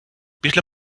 після